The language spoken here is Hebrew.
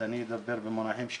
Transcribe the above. אני רוצה לפנות ליעקב